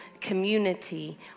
community